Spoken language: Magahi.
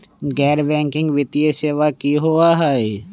गैर बैकिंग वित्तीय सेवा की होअ हई?